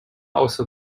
also